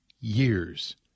years